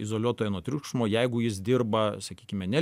izoliuotoje nuo triukšmo jeigu jis dirba sakykime ne